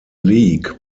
league